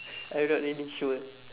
I'm not really sure